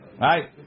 Right